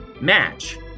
Match